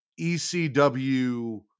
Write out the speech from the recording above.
ECW